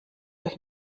euch